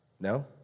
no